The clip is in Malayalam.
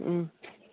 മ്മ്